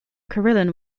carillon